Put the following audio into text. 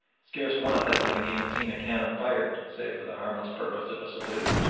scarce one of them having even seen a cannon fired save for the harmless purpose of a salute.